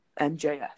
MJF